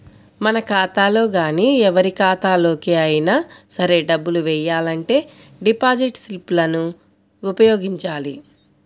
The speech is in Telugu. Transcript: మన ఖాతాలో గానీ ఎవరి ఖాతాలోకి అయినా సరే డబ్బులు వెయ్యాలంటే డిపాజిట్ స్లిప్ లను ఉపయోగించాలి